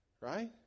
Right